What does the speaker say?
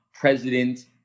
president